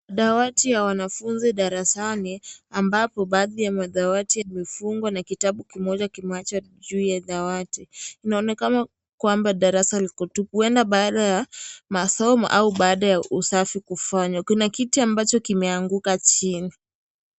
Dawati ya wanafunzi darasani ambapo baadhi ya madawati yamefungwa na kitabu kimoja kimeachwa juu ya dawati. Inaonekana kwamba darasa liko tupu huenda baada ya masomo au baada ya usafi kufanywa. Kuna kiti ambacho kimeanguka chini.